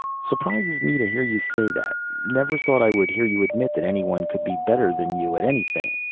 surprises me to hear you say that. never thought i would hear you admit that anyone could be better than you at anything.